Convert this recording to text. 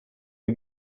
der